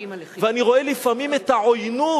ואני רואה לפעמים את העוינות.